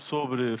Sobre